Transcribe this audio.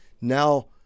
Now